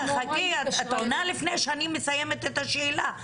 את עונה לפני שאני מסיימת את השאלה,